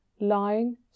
lying